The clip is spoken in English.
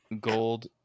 Gold